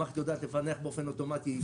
המערכת יודעת לפענח באופן אוטומטי.